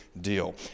deal